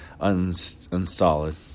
unsolid